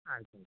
ಆಯ್ತು ಆಯ್ತು